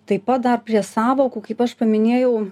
taip pat dar prie sąvokų kaip aš paminėjau